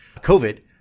covid